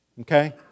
okay